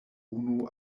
unu